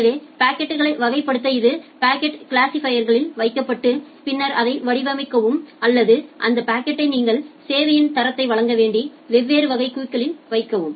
எனவே பாக்கெட்களை வகைப்படுத்த இது பாக்கெட் கிளாசிபைர் களில் வைக்கப்பட்டு பின்னர் அதை வடிவமைக்கவும் அல்லது அந்த பாக்கெட்டை நீங்கள் சேவையின் தரத்தை வழங்க வேண்டிய வெவ்வேறு வகை கியூகளில் வைக்கவும்